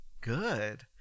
good